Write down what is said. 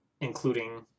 including